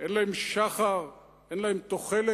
אין להם שחר, אין להם תוחלת.